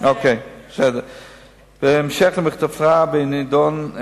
בהמשך למכתבך בנדון,